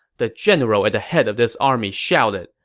the general at the head of this army shouted.